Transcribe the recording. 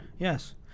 Yes